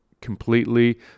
completely